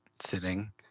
sitting